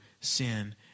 sin